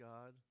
God